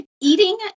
Eating